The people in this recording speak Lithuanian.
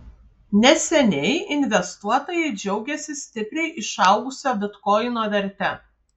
neseniai investuotojai džiaugėsi stipriai išaugusia bitkoino verte